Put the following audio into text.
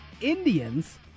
Indians